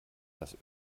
das